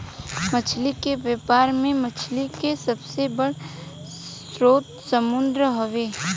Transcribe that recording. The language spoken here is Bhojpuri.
मछली के व्यापार में मछली के सबसे बड़ स्रोत समुंद्र हवे